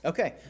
Okay